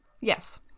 Yes